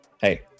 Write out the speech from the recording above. hey